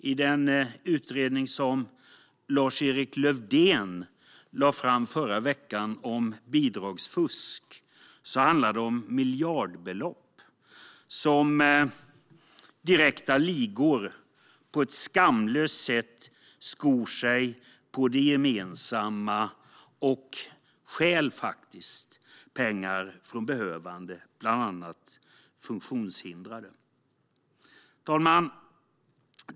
I den utredning som Lars-Erik Lövdén lade fram förra veckan om bidragsfusk handlar det om miljardbelopp och om direkta ligor som på ett skamlöst sätt skor sig på det gemensamma och faktiskt stjäl pengar från behövande, bland andra funktionshindrade. Herr talman!